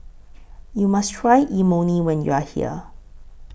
YOU must Try Imoni when YOU Are here